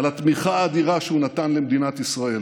על התמיכה האדירה שהוא נתן למדינת ישראל: